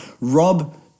Rob